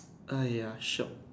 ah ya shiok